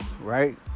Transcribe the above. Right